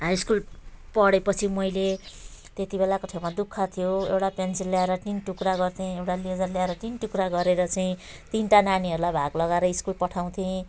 high school पढेपछि मैले त्यति बेलाको यो ठाउँमा दुःख थियो एउटा पेन्सिल ल्याएर तिन टुक्रा गर्थेँ एउटा इरेजर ल्याएर तिन टुक्रा गरेर चाहिँ तिनवटा नानीहरूलाई भाग लगाएर स्कुल पठाउँथेँ